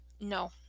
No